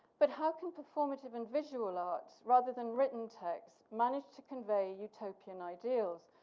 but, how can performative and visual arts rather than written texts manage to convey utopian ideals?